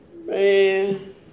Man